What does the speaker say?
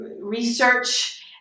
research